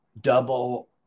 double